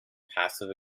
passive